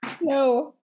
no